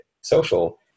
social